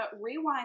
rewind